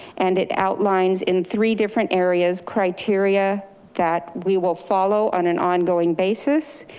and it outlines in three different areas criteria that we will follow on an ongoing basis.